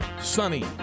sunny